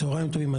צוהריים טובים.